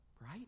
right